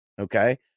okay